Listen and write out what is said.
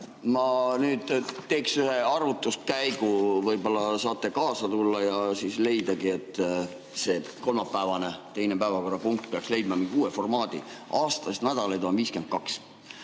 Ma teeks ühe arvutuskäigu, võib-olla saate kaasa tulla ja isegi leida, et see kolmapäevane teine päevakorrapunkt peaks leidma uue formaadi. Aastas on nädalaid 52.